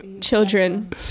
children